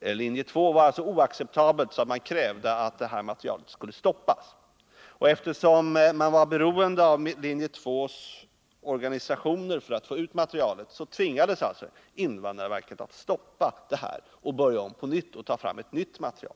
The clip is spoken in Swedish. linje 2 vara oacceptabelt, och man krävde att materialet skulle stoppas. Eftersom man var beroende av linje 2:s organisationer för att få ut materialet, tvingades invandrarverket att stoppa detta material och börja om på nytt för att ta fram ett annat material.